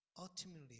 Ultimately